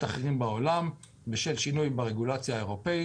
אחרים בעולם בשל שינויים ברגולציה האירופאית.